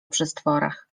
przestworach